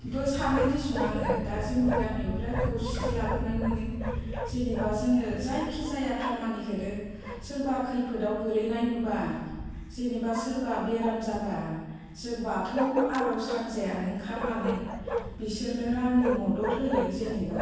बो सानो दिसुं आङो दा जोंनि गामियाव बिराद खौसेथि लाबोनाय मोनो जेनोबा जोङो जायखि जाया खामानिखोनो सोरबा खैफोदाव गोलैनाय नुब्ला जेनोबा सोरबा बेराम जाब्ला जों बाथौ आर'ज हानजायानो ओंखारनानै बेसोरनो रांनि मदद होयो जेनोबा